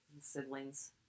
siblings